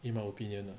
in my opinion ah